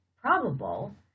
probable